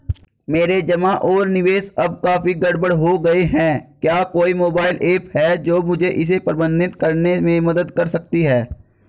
मेरे जमा और निवेश अब काफी गड़बड़ हो गए हैं क्या कोई मोबाइल ऐप है जो मुझे इसे प्रबंधित करने में मदद कर सकती है?